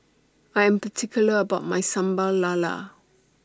I Am particular about My Sambal Lala